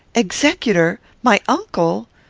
executor! my uncle!